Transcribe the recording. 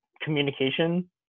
communication